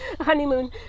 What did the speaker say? honeymoon